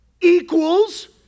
equals